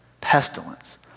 pestilence